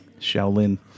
Shaolin